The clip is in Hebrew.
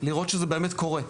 לראות שזה באמת קורה.